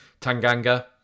Tanganga